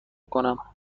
کنم